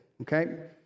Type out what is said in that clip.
okay